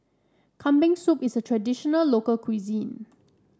Kambing Soup is a traditional local cuisine